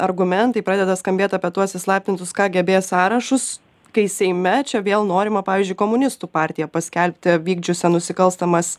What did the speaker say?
argumentai pradeda skambėt apie tuos įslaptintus kgb sąrašus kai seime čia vėl norima pavyzdžiui komunistų partiją paskelbti vykdžiusia nusikalstamas